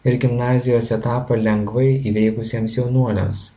ir gimnazijos etapą lengvai įveikusiems jaunuoliams